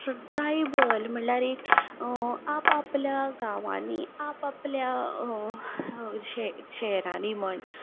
tribal म्हटल्यार एक आपआपल्या गांवांनी आपआपल्या शेरांनी म्हण